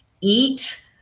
eat